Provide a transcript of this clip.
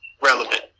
relevant